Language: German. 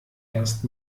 erst